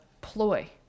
ploy